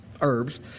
herbs